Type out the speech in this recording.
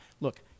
Look